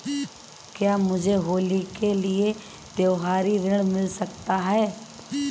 क्या मुझे होली के लिए त्यौहारी ऋण मिल सकता है?